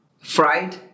fried